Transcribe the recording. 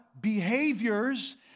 behaviors